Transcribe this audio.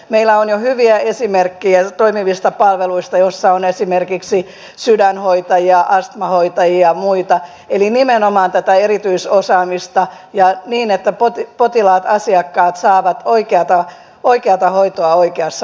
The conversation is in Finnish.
meillä on jo hyviä esimerkkejä toimivista palveluista joissa on esimerkiksi sydänhoitajia astmahoitajia ja muita eli nimenomaan tätä erityisosaamista ja niin että potilaat asiakkaat saavat oikeata hoitoa oikeassa paikassa